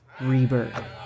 rebirth